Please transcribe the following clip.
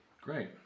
Great